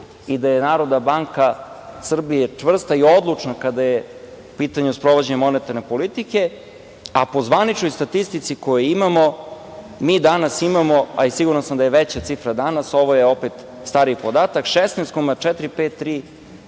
i da je Narodna banka Srbije čvrsta i odlučna kada je u pitanju sprovođenje monetarne politike, a po zvaničnoj statistici koju imamo mi danas imamo, a i siguran sam da je veća cifra danas, ovo je opet stariji podatak, 16,453